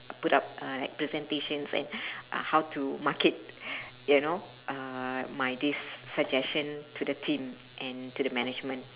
put up uh presentations and uh how to market you know uh my this suggestion to the team and to the management